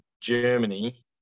Germany